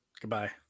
goodbye